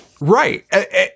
Right